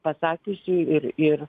pasakiusi ir ir